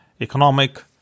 economic